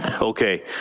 Okay